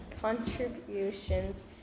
contributions